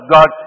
God